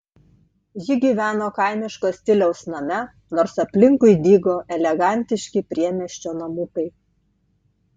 ji gyveno kaimiško stiliaus name nors aplinkui dygo elegantiški priemiesčio namukai